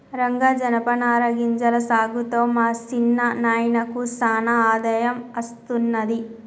రంగా జనపనార గింజల సాగుతో మా సిన్న నాయినకు సానా ఆదాయం అస్తున్నది